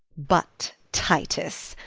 but, titus,